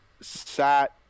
sat